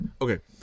Okay